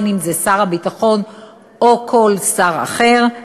שר הביטחון או כל שר אחר,